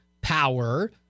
power